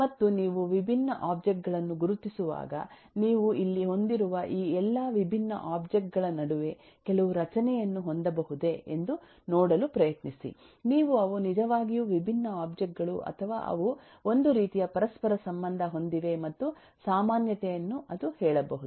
ಮತ್ತು ನೀವು ವಿಭಿನ್ನ ಒಬ್ಜೆಕ್ಟ್ ಗಳನ್ನು ಗುರುತಿಸುವಾಗ ನೀವು ಇಲ್ಲಿ ಹೊಂದಿರುವ ಈ ಎಲ್ಲಾ ವಿಭಿನ್ನ ಒಬ್ಜೆಕ್ಟ್ ಗಳ ನಡುವೆ ಕೆಲವು ರಚನೆಯನ್ನು ಹೊಂದಬಹುದೇ ಎಂದು ನೋಡಲು ಪ್ರಯತ್ನಿಸಿ ನೀವು ಅವು ನಿಜವಾಗಿಯೂ ವಿಭಿನ್ನ ಒಬ್ಜೆಕ್ಟ್ ಗಳು ಅಥವಾ ಅವು ಒಂದು ರೀತಿಯ ಪರಸ್ಪರ ಸಂಬಂಧ ಹೊಂದಿವೆ ಮತ್ತು ಒಂದು ಸಾಮಾನ್ಯತೆಯನ್ನು ಅದು ಹೇಳಬಹುದು